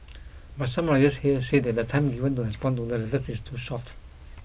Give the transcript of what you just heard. but some lawyers here say that the time given to respond to the letters is too short